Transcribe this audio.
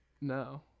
No